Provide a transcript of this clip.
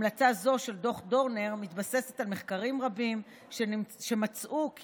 המלצה זו של דוח דורנר מתבססת על מחקרים רבים שמצאו כי